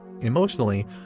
Emotionally